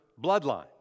bloodline